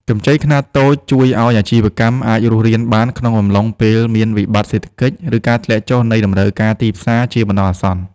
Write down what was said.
កម្ចីខ្នាតតូចជួយឱ្យអាជីវកម្មអាចរស់រានបានក្នុងអំឡុងពេលមានវិបត្តិសេដ្ឋកិច្ច ឬការធ្លាក់ចុះនៃតម្រូវការទីផ្សារជាបណ្ដោះអាសន្ន។